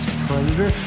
predator